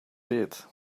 feet